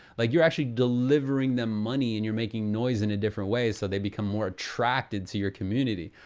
like you're actually delivering them money and you're making noise in a different way so they become more attracted to your community.